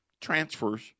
transfers